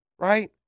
Right